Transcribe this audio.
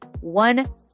One